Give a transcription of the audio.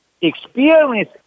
Experience